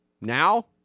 Now